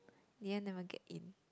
in the end never get in